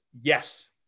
Yes